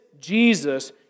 Jesus